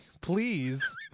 please